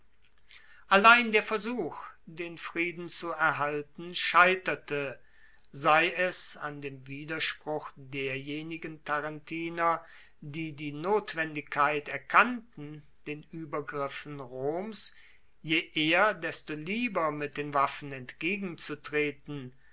allein der versuch den frieden zu erhalten scheiterte sei es an dem widerspruch derjenigen tarentiner die die notwendigkeit erkannten den uebergriffen roms je eher desto lieber mit den waffen entgegenzutreten